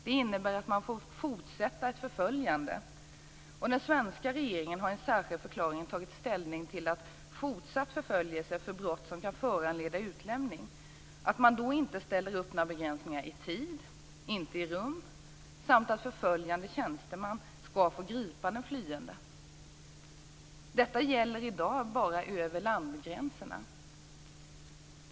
Det innebär att polisen får fortsätta ett förföljande. Den svenska regeringen har i en särskild förklaring tagit ställning vad beträffar fortsatt förföljelse när det gäller brott som kan föranleda utlämning. Man ställer inte upp några begränsningar i tid eller rum, och förföljande tjänsteman skall få gripa den flyende. Detta gäller i dag bara över landgränserna.